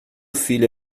filho